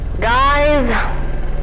Guys